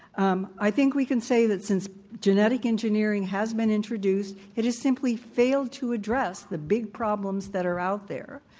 um i think we can say that since genetic engineering has been introduced, it has simply failed to address the big problems that are out there,